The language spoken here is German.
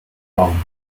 warum